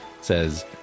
says